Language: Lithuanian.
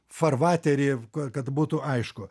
farvaterį kad būtų aišku